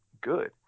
good